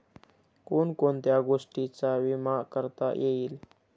कोण कोणत्या गोष्टींचा विमा करता येईल?